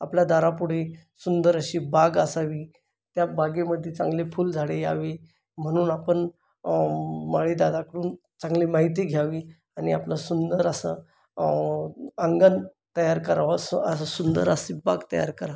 आपल्या दारापुढे सुंदर अशी बाग असावी त्या बागेमध्ये चांगले फुलझाडं यावी म्हणून आपण माळीदादाकडून चांगली माहिती घ्यावी आणि आपलं सुंदर असं अंगण तयार करावंसं असं सुंदर अशी बाग तयार करा